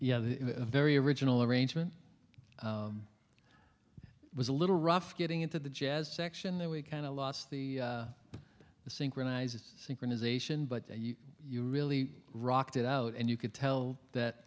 yeah very original arrangement it was a little rough getting into the jazz section that we kind of lost the the synchronized synchronization but you really rocked it out and you could tell that